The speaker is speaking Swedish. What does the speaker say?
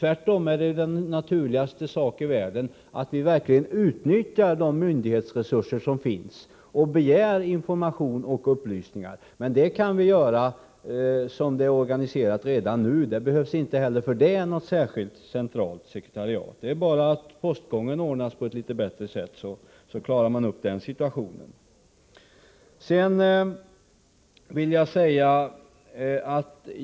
Tvärtom är det den naturligaste sak i världen att vi verkligen utnyttjar de myndighetsresurser som finns och begär information och upplysningar, men det kan vi göra som det är organiserat redan nu. Det behövs inte heller för det något särskilt, centralt sekretariat. Bara postgången organiseras på ett litet bättre sätt, klarar man den situationen.